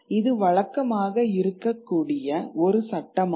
இது வழக்கமாக இருக்கக்கூடிய ஒரு சட்டமாகும்